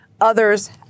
others